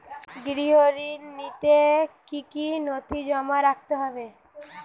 গৃহ ঋণ নিতে কি কি নথি জমা রাখতে হবে?